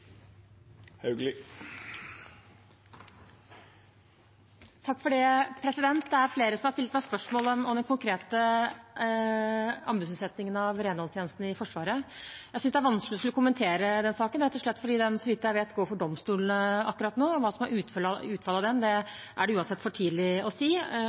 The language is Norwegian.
Det er flere som har stilt meg spørsmål om den konkrete anbudsutsettingen av renholdstjenestene i Forsvaret. Jeg synes det er vanskelig å skulle kommentere den saken, rett og slett fordi den, så vidt jeg vet, går for domstolene akkurat nå. Hva som er utfallet av den, er det uansett for tidlig å si.